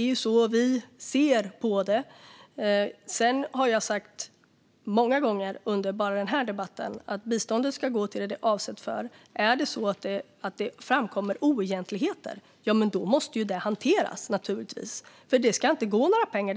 är så vi ser på det. Sedan har jag sagt många gånger bara under den här debatten att biståndet ska gå till det som det är avsett för. Är det så att det framkommer oegentligheter måste det naturligtvis hanteras.